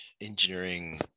engineering